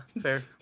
fair